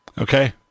Okay